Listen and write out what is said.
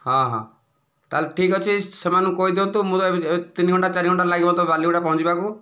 ହଁ ହଁ ତାହେଲେ ଠିକ ଅଛି ସେମାନଙ୍କୁ କହିଦିଅନ୍ତୁ ମୁଁ ଏତେ ଏ ତିନି ଘଣ୍ଟା ଚାରି ଘଣ୍ଟା ଲାଗିବ ତ ବାଲିଗୁଡ଼ା ପହଞ୍ଚିବାକୁ